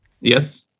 Yes